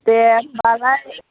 दे होमबालाय